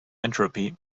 entropy